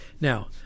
Now